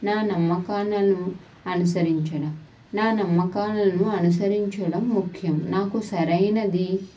నా నమ్మకాలను అనుసరించడం నా నమ్మకాలను అనుసరించడం ముఖ్యం నాకు సరైనది